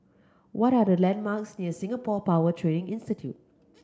what are the landmarks near Singapore Power Training Institute